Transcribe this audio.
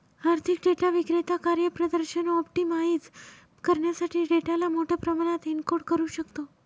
आर्थिक डेटा विक्रेता कार्यप्रदर्शन ऑप्टिमाइझ करण्यासाठी डेटाला मोठ्या प्रमाणात एन्कोड करू शकतो